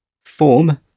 form